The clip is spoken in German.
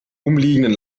umliegenden